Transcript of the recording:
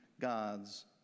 God's